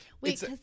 Wait